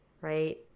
right